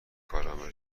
کارامل